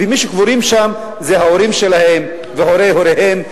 ומי שקבורים שם זה ההורים שלהם והורי הוריהם,